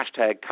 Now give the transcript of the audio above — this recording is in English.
hashtag